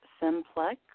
simplex